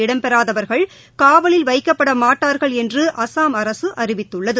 இடம்பெறாதவர்கள் காவலில் வைக்கப்பட மாட்டார்கள் என்று அஸ்ஸாம் அரசு அறிவித்துள்ளது